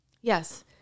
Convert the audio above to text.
yes